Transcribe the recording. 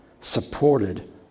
supported